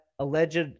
Alleged